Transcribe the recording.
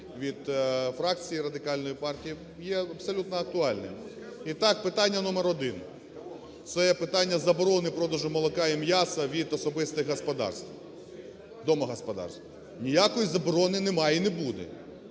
від фракції Радикальної партії, є абсолютно актуальним. І так питання номер 1. Це питання заборони продажу молока і м'яса від особистих господарств, домогосподарств. Ніякої заборони немає і не буде.